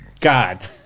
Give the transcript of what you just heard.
God